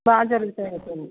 బాగ జరుగతుందైతే